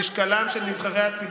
שמשקלם של, כולם שלך.